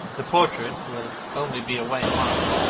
the portrait will only be away a month.